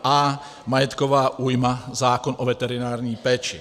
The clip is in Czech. a) Majetková újma zákon o veterinární péči.